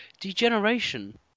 degeneration